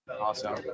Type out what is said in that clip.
Awesome